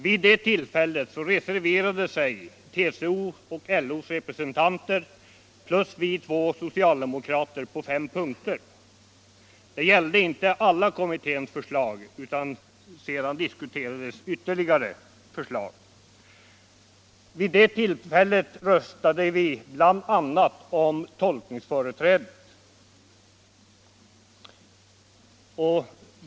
Vid det tillfället reserverade sig TCO:s och LO:s representanter samt vi två socialdemokrater på fem punkter. Detta gällde inte alla kommitténs förslag. Senare diskuterades ytterligare förslag. Vid det tillfället röstade vi bl.a. om tolkningsföreträdet.